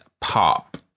Pop